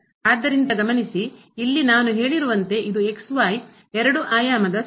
ಆದ್ದರಿಂದ ಗಮನಿಸಿ ಇಲ್ಲಿ ನಾನು ಹೇಳಿರುವಂತೆ ಇದು ಎರಡು ಆಯಾಮದ ಸಮತಲದಲ್ಲಿ ಬಿಂದುವಿಗೆ ಹೋಗುತ್ತದೆ